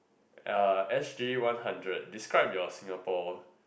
ya S_G one hundred describe your Singapore